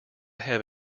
have